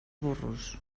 burros